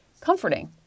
comforting